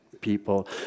people